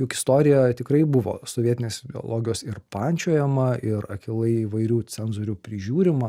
juk istorija tikrai buvo sovietinės ideologijos ir pančiojama ir akylai įvairių cenzorių prižiūrima